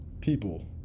people